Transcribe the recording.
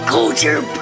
Culture